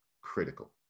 critical